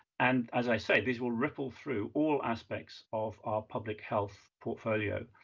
and as i say, this will ripple through all aspects of our public health portfolio.